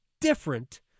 different